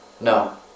No